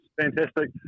fantastic